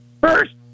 First